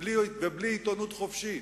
ובלי עיתונות חופשית.